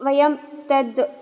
वयं तद्